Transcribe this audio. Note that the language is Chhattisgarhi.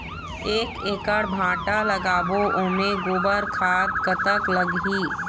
एक एकड़ भांटा लगाबो ओमे गोबर खाद कतक लगही?